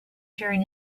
during